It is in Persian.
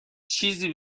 چیزی